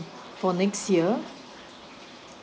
for next year